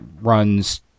runs